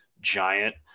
giant